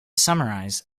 summarize